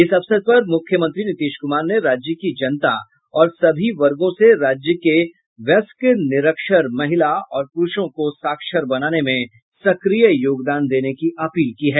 इस अवसर पर मुख्यमंत्री नीतीश कुमार ने राज्य की जनता और सभी वर्गों से राज्य के वयस्क निरक्षर महिला और पुरूषों को साक्षर बनाने में सक्रिय योगदान देने की अपील की है